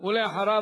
ואחריו,